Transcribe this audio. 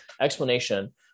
explanation